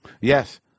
Yes